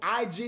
IG